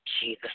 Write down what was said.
Jesus